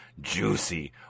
juicy